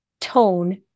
tone